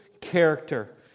character